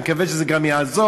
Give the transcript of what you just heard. ואני מקווה שזה גם יעזור,